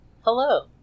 Hello